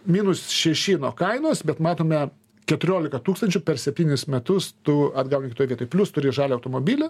minus šeši nuo kainos bet matome keturiolika tūkstančių per septynis metus tu atgauni kitoj vietoj plius turi žalią automobilį